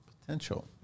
Potential